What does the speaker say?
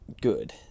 good